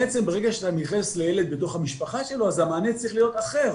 בעצם ברגע שאתה מתייחס לילד בתוך המשפחה שלו המענה צריך להיות אחר.